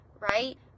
right